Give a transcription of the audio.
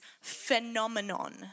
phenomenon